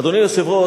אדוני היושב-ראש,